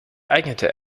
eignete